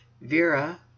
Vera